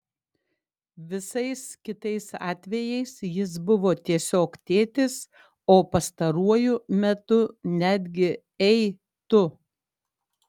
visais kitais atvejais jis buvo tiesiog tėtis o pastaruoju metu netgi ei tu